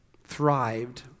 thrived